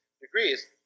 degrees